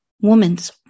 woman's